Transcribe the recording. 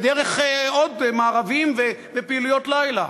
ודרך עוד מארבים ופעילויות לילה.